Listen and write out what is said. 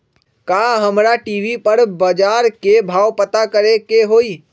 का हमरा टी.वी पर बजार के भाव पता करे के होई?